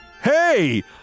Hey